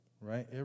right